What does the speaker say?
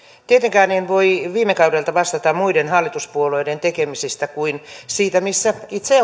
tietenkään en voi viime kaudelta vastata muiden hallituspuolueiden tekemisistä kuin sen missä itse